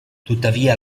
tuttavia